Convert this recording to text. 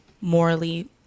morally